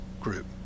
group